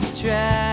try